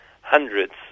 hundreds